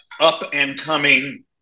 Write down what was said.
up-and-coming